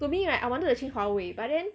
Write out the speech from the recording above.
to me right I wanted to change Huawei but then